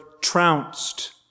trounced